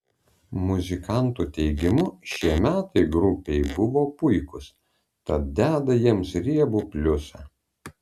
muzikantų teigimu šie metai grupei buvo puikūs tad deda jiems riebų pliusą